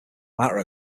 matter